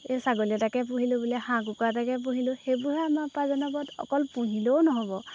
এই ছাগলী এটাকে পুহিলোঁ বোলে হাঁহ কুকুৰাটাকে পুহিলোঁ সেইবোৰহে আমাৰ উপাৰ্জনৰ পথ অকল পুহিলেও নহ'ব